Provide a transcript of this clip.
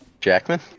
Jackman